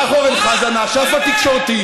אז הלך אורן חזן, האשף התקשורתי,